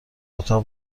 اتاق